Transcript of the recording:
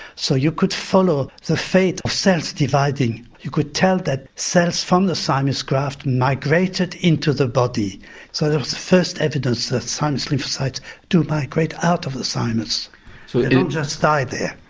so you could follow the fate of cells dividing, you could tell that cells from the thymus graft migrated into the body so there was the first evidence that thymus lymphocytes do migrate out of the thymus, they don't just die there.